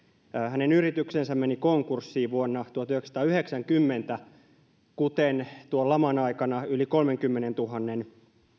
hänen yrityksensä meni konkurssiin vuonna tuhatyhdeksänsataayhdeksänkymmentä kuten tuon laman aikana yli kolmenkymmenentuhannen